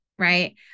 Right